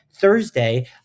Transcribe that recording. Thursday